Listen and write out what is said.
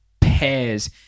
pairs